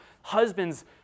husbands